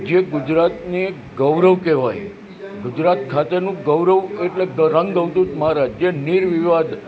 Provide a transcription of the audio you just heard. જે ગુજરાતની એક ગૌરવ કહેવાય ગુજરાત ખાતેનું ગૌરવ એટલે રંગઅવધૂત મહારાજ જે નિર્વિવાદ